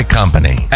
company